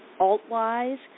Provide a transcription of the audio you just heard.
Altwise